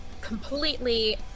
completely